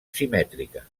simètrica